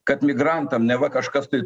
kad migrantam neva kažkas tai